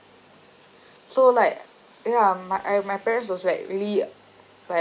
so like yeah mm my uh my parents was like really like